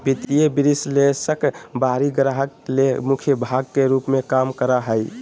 वित्तीय विश्लेषक बाहरी ग्राहक ले मुख्य भाग के रूप में काम करा हइ